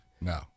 No